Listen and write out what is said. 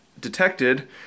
detected